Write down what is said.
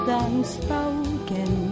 unspoken